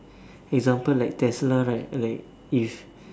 example like tesla right like if